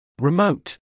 Remote